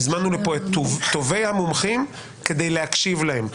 הזמנו לפה את טובי המומחים כדי להקשיב להם.